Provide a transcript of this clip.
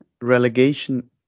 relegation